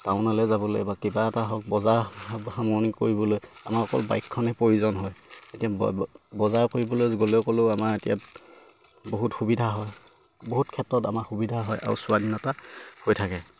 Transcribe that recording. টাউনলে যাবলৈ বা কিবা এটা হওক বজাৰ সামৰণি কৰিবলৈ আমাৰ অকল বাইকখনে প্ৰয়োজন হয় এতিয়া বজাৰ কৰিবলৈ গ'লে ক'লেও আমাৰ এতিয়া বহুত সুবিধা হয় বহুত ক্ষেত্ৰত আমাৰ সুবিধা হয় আৰু স্বাধীনতা হৈ থাকে